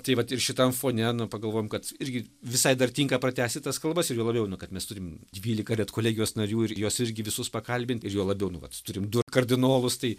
tai vat ir šitam fone nu pagalvojom kad irgi visai dar tinka pratęsti tas kalbas ir juo labiau nu kad mes turim dvylika redkolegijos narių ir juos irgi visus pakalbint ir juo labiau nu vat turim du kardinolus tai